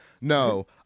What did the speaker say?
No